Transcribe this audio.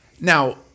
Now